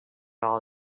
all